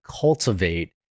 cultivate